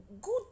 good